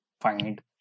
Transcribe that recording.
find